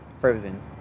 frozen